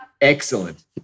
Excellent